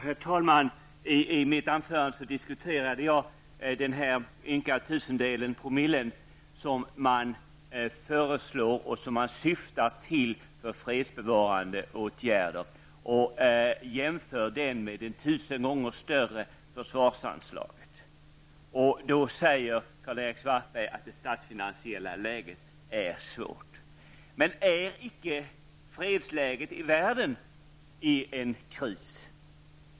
Herr talman! I mitt anförande diskuterade jag den här ynka tusendelen -- promillen -- som man föreslår för fredsbevarande åtgärder, och jämförde den med det tusen gånger större försvarsanslaget. Då säger Karl-Erik Svartberg att det statsfinansiella läget är svårt. Men är icke fredsläget i världen i en kris?